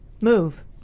move